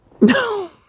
No